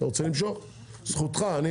אתה רוצה למשוך?